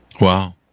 Wow